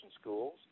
schools